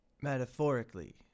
Metaphorically